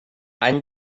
any